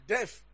Death